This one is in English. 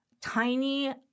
tiny